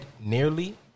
nearly